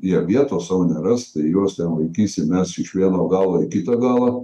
jie vietos sau neras tai juos ten vaikysim mes iš vieno galo į kitą galą